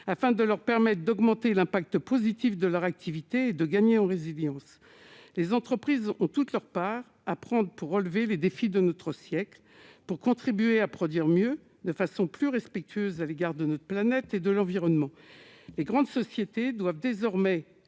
afin de leur permettent d'augmenter l'impact positif de leur activité, de gagner en résidence, les entreprises ont toute leur part à prendre pour relever les défis de notre siècle, pour contribuer à produire mieux, de façon plus respectueuse à l'égard de notre planète et de l'environnement, les grandes sociétés doivent désormais